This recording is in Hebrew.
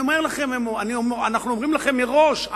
אנחנו אומרים לכם מראש,